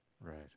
Right